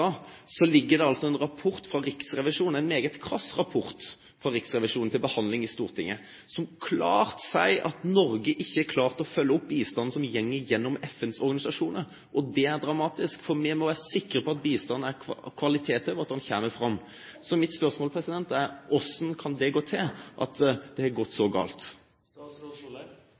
Det ligger nå en rapport fra Riksrevisjonen, en meget krass rapport fra Riksrevisjonen, til behandling i Stortinget, som klart sier at Norge ikke har klart å følge opp bistanden som går gjennom FNs organisasjoner. Det er dramatisk, for vi må være sikre på at bistanden har kvaliteter, og at den kommer fram. Så mitt spørsmål er: Hvordan kan det gå til at det har gått så